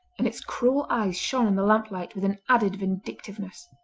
and its cruel eyes shone in the lamplight with an added vindictiveness.